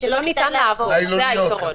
שלא ניתן לעבור, זה העיקרון.